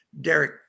Derek